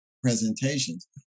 presentations